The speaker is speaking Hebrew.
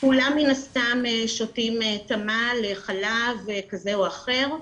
כולם מן הסתם שותים תמ"ל חלב, כזה או אחר.